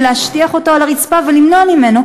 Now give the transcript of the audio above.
בשביל להשטיח אותו על הרצפה ולמנוע ממנו,